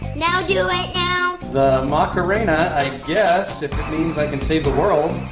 now do it now. the macarena? i guess, if it means i can save the world.